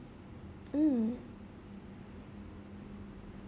mm